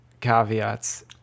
caveats